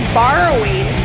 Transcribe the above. borrowing